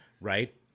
right